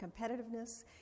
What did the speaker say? competitiveness